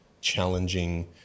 challenging